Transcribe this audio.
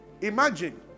Imagine